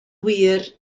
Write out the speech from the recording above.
wir